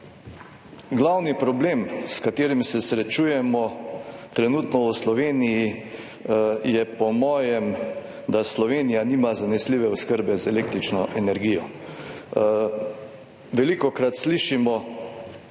Glavni problem, s katerim se srečujemo trenutno v Sloveniji, je po mojem, da Slovenija nima zanesljive oskrbe z električno energijo. Velikokrat slišimo